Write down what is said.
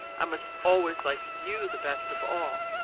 i must always like you the best of all,